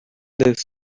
this